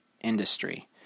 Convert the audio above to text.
industry